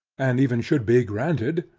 and even should be granted,